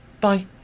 Bye